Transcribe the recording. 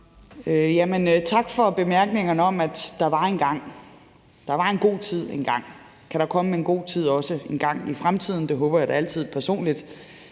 Tak for bemærkningerne om, at der var en gang – der var en god tid engang. Kan der komme en god tid også engang i fremtiden? Jeg håber da altid personligt,